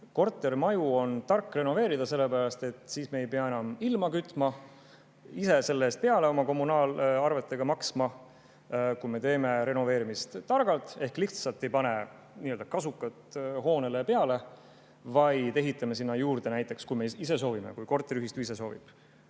Kortermaju on tark renoveerida, sellepärast et siis me ei pea enam ilma kütma, ise selle eest peale maksma oma kommunaalarvetega. Kui me teeme renoveerimist targalt ehk ei pane lihtsalt nii-öelda kasukat hoonele peale, vaid ehitame sinna juurde näiteks – kui me ise soovime, kui korteriühistu ise soovib